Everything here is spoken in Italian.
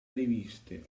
riviste